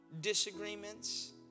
disagreements